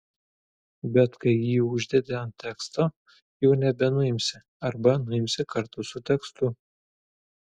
bet kai jį uždedi ant teksto jau nebenuimsi arba nuimsi kartu su tekstu